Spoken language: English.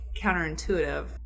counterintuitive